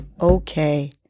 okay